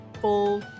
full